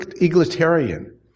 egalitarian